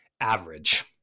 average